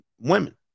women